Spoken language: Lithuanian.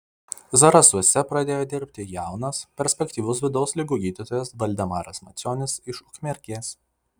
zarasuose pradėjo dirbti jaunas perspektyvus vidaus ligų gydytojas valdemaras macionis iš ukmergės